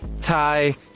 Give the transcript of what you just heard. Thai